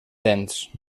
dents